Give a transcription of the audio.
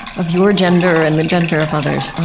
of your gender and the gender of others, um